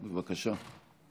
בבקשה.